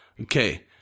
Okay